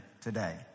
today